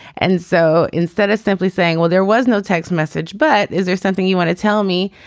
and so instead of simply saying well there was no text message but is there something you want to tell me.